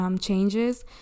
Changes